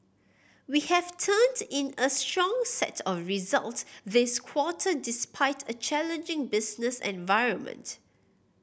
we have turned in a strong set of results this quarter despite a challenging business environment